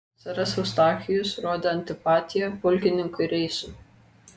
seras eustachijus rodė antipatiją pulkininkui reisui